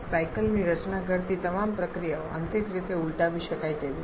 સાયકલની રચના કરતી તમામ પ્રક્રિયાઓ આંતરિક રીતે ઉલટાવી શકાય તેવી છે